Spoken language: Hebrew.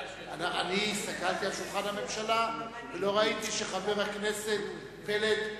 הסתכלתי על שולחן הממשלה ולא ראיתי שחבר הכנסת פלד,